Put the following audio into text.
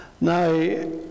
Now